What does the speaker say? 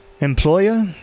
employer